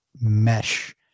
mesh